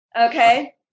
Okay